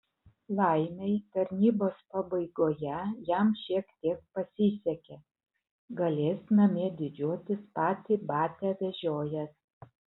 laimei tarnybos pabaigoje jam šiek tiek pasisekė galės namie didžiuotis patį batią vežiojęs